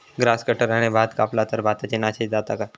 Grass कटराने भात कपला तर भाताची नाशादी जाता काय?